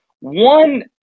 one